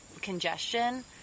congestion